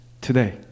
today